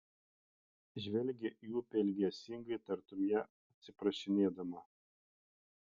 žvelgia į upę ilgesingai tartum ją atsiprašinėdama